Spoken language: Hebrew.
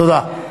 תודה.